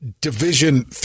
Division